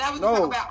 No